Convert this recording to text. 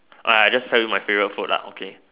uh I just tell you my favourite food lah okay